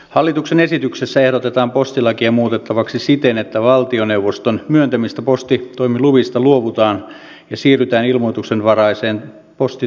hallituksen esityksessä ehdotetaan postilakia muutettavaksi siten että valtioneuvoston myöntämistä postitoimiluvista luovutaan ja siirrytään ilmoituksenvaraiseen postitoimintaan